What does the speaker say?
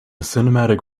cinematic